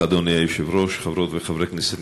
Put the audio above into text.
כמדי יום רביעי, אנחנו בשאילתות דחופות.